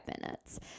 minutes